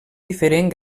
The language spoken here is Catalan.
diferent